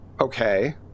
Okay